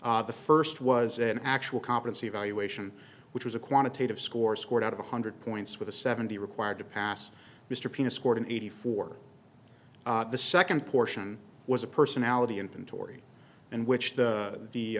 the first was an actual conference evaluation which was a quantitative score scored out of a hundred points with a seventy required to pass mr peanut scored eighty for the second portion was a personality inventory and which the the